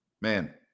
Man